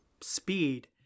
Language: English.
speed